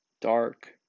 dark